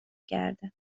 کرده